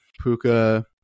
Puka